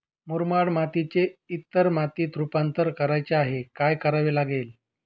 मुरमाड मातीचे इतर मातीत रुपांतर करायचे आहे, काय करावे लागेल?